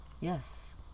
Yes